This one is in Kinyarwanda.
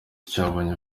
cyabonye